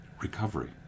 Recovery